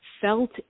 felt